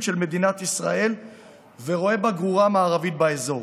של מדינת ישראל ורואה בה גרורה מערבית באזור.